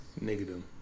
Negative